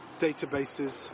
databases